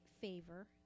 favor